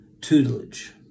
tutelage